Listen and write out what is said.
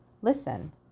Listen